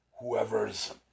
Whoever's